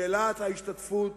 שאלת ההשתתפות